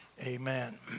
Amen